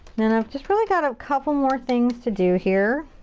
and i've just really got a couple more things to do here.